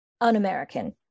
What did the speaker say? un-American